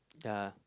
yeah